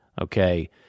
okay